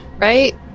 right